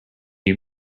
you